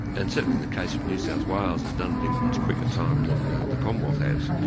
and certainly in the case of new south wales, has done it in much quicker time than the commonwealth has.